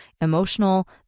emotional